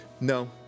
No